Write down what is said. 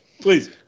Please